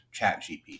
ChatGPT